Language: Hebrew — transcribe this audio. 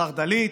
חרד"לית,